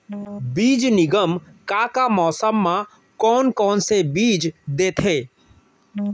बीज निगम का का मौसम मा, कौन कौन से बीज देथे?